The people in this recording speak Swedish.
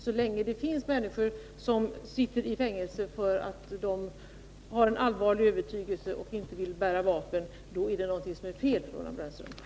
Så länge det finns människor som sitter i fängelse för att de har en allvarlig övertygelse och inte vill bära vapen, är det någonting fel, Roland Brännström.